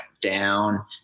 down